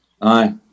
Aye